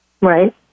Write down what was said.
Right